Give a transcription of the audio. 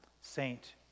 Saint